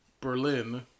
Berlin